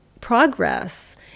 progress